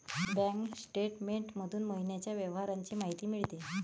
bank statement मधून महिन्याच्या व्यवहारांची माहिती मिळते